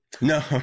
No